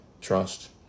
trust